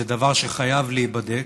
זה דבר שחייב להיבדק.